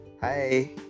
Hi